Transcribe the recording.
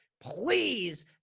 please –